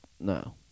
no